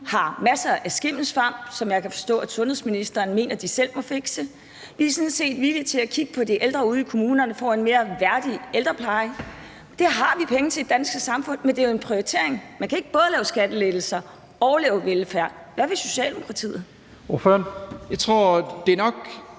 har masser af skimmelsvamp, hvilket jeg kan forstå at sundhedsministeren mener de selv må fikse. Vi er sådan set villige til at kigge på, at de ældre ude i kommunerne får en mere værdig ældrepleje. Det har vi penge til i det danske samfund, men der er jo tale om en prioritering. Man kan ikke både lave skattelettelser og lave velfærd. Hvad vil Socialdemokratiet? Kl. 10:01 Første